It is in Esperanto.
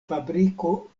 fabriko